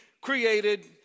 created